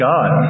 God